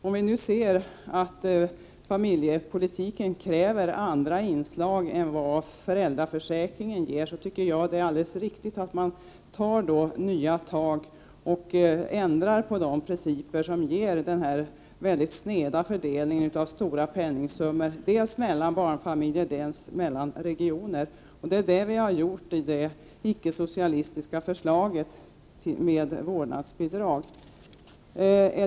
Om vi nu ser att familjepolitiken kräver andra inslag än de som kan åstadkommas med föräldraförsäkringen, tycker jag att det är alldeles riktigt att man nu tar nya tag och ändrar på de principer som ger den här mycket sneda fördelningen av penningsummor dels mellan barnfamiljer, dels mellan regioner. Det är det som vi gjort i det icke-socialistiska förslaget till vårdnadsbidrag.